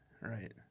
Right